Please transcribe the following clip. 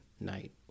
night